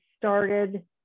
started